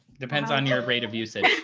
depends on your rate of usage.